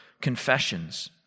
Confessions